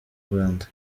rwanda